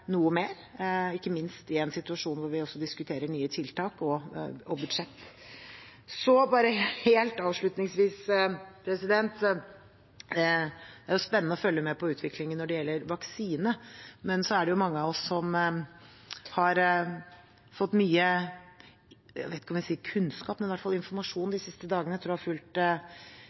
noe mer, ikke minst i en situasjon hvor vi også diskuterer nye tiltak og budsjett. Helt avslutningsvis: Det er spennende å følge med på utviklingen når det gjelder vaksine. Det er mange av oss som har fått, om ikke kunnskap, så i hvert fall mye informasjon de siste dagene etter å ha fulgt